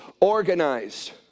organized